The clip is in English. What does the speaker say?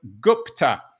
Gupta